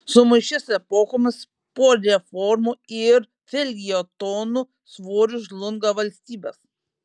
sumaišties epochomis po reformų ir feljetonų svoriu žlunga valstybės